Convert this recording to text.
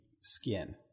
skin